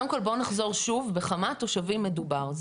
קודם כל בוא נחזור שוב, בכמה תושבים מדובר?